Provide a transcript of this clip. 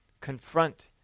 confront